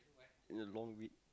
yeah a long week